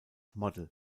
model